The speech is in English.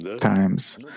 times